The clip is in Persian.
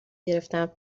گرفتم